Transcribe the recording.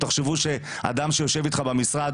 תחשבו שאדם שיושב איתך במשרד,